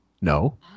No